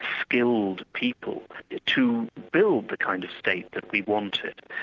skilled people to build the kind of state that we wanted.